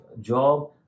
job